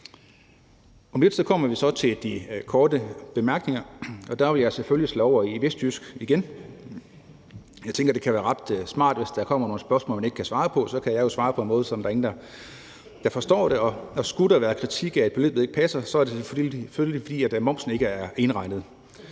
Om lidt kommer vi så til de korte bemærkninger, og der vil jeg selvfølgelig slå over i vestjysk igen. Jeg tænker, det kan være ret smart, at hvis der kommer nogle spørgsmål, jeg ikke kan svare på, kan jeg svare på en måde, så der ikke er nogen, der forstår det. Og skulle der være kritik af, at beløb ikke passer, er det selvfølgelig, fordi momsen ikke er indregnet.